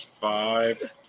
Five